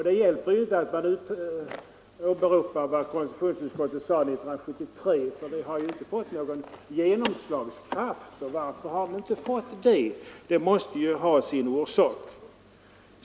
Det hjälper inte att åberopa vad konstitutionsutskottet anförde 1973, eftersom det inte har fått någon genomslagskraft. Och varför har det inte fått det? Det måste ju ha någon orsak.